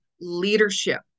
leadership